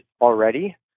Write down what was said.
already